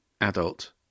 adult